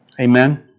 Amen